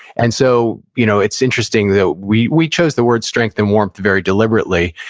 and so, you know it's interesting that we we chose the word strength and warmth very deliberately.